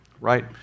right